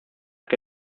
que